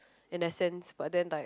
in a sense but then like